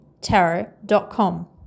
tarot.com